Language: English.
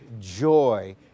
joy